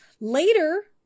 Later